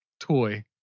toy